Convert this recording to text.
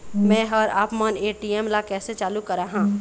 मैं हर आपमन ए.टी.एम ला कैसे चालू कराहां?